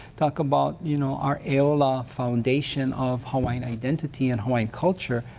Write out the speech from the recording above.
talk about you know our aola foundation of hawaiian identity and hawaiian culture,